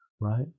right